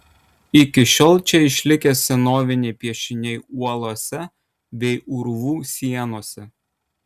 iki šiol čia išlikę senoviniai piešiniai uolose bei urvų sienose